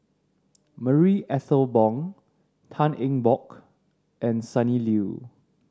Marie Ethel Bong Tan Eng Bock and Sonny Liew